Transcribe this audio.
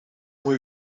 muy